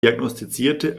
diagnostizierte